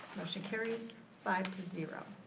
motion carries, five to zero.